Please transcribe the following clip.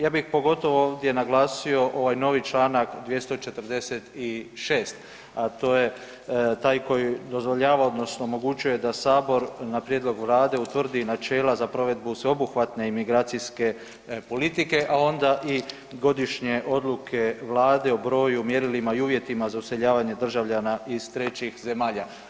Ja bih pogotovo ovdje naglasio ovaj novi čl. 246., a toj je taj koji dozvoljava odnosno omogućuje da Sabor na prijedlog Vlade utvrdi načela za provedbu sveobuhvatne migracijske politike, a onda i godišnje odluke Vlade o broju i mjerilima i uvjetima za useljavanje državljana iz trećih zemalja.